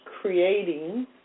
creating